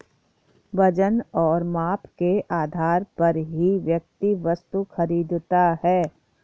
वजन और माप के आधार पर ही व्यक्ति वस्तु खरीदता है